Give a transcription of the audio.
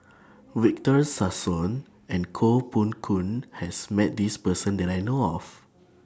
Victor Sassoon and Koh Poh Koon has Met This Person that I know of